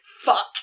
Fuck